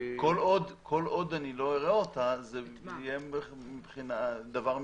כל עוד אני לא אראה את ההצעה זה יישאר בגדר דבר מסתורי.